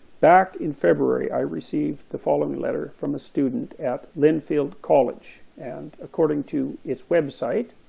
back in february i received the following letter from a student at linfield college and, according to its website,